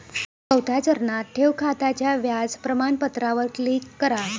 चौथ्या चरणात, ठेव खात्याच्या व्याज प्रमाणपत्रावर क्लिक करा